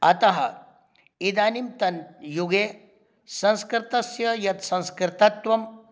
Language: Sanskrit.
अतः इदानीन्तनयुगे संस्कृतस्य यत् संस्कृतत्वं